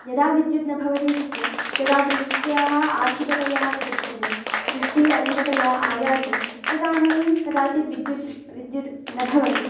यदा विद्युत् न भवतीति चेत् यदा वृष्ट्याः आधिक्यं दृश्यते वृष्टिः अधिकतया आयाति तदानीं कदाचित् विद्युत् विद्युत् न भवति